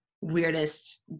weirdest